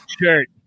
shirt